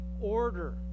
order